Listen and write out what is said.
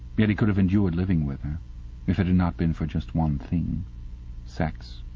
yet he could have endured living with her if it had not been for just one thing sex.